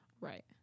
Right